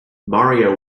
mario